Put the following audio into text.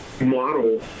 model